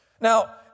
Now